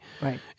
Right